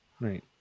Right